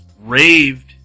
raved